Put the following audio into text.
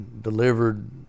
delivered